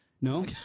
No